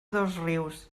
dosrius